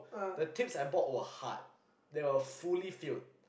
the tips I bought were hard they were fully filled